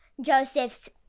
Joseph's